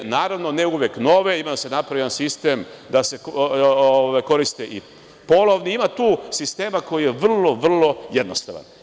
Naravno, ne uvek nove, ima da se napravi jedan sistem da se koriste i polovni, ima tu sistema koji je vrlo, vrlo jednostavan.